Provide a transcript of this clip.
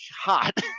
hot